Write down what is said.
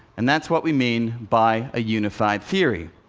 and that's what we mean by a unified theory.